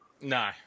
No